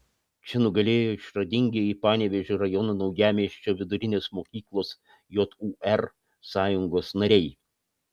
čia nugalėjo išradingieji panevėžio rajono naujamiesčio vidurinės mokyklos jūr sąjungos nariai